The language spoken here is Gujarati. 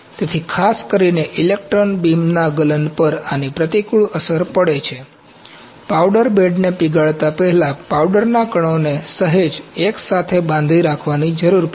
તેથી ખાસ કરીને ઈલેક્ટ્રોન બીમના ગલન પર આની પ્રતિકૂળ અસર પડે છે પાઉડર બેડને પીગાળતા પહેલા પાઉડરના કણોને સહેજ એકસાથે બાંધી રાખવાની જરૂર છે